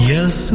Yes